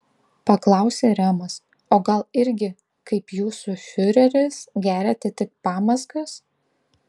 paklausė remas o gal irgi kaip jūsų fiureris geriate tik pamazgas